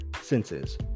senses